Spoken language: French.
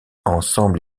ensemble